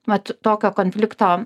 mat tokio konflikto